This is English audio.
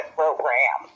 program